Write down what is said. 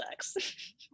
sex